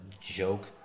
joke